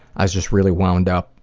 i was just really wound up.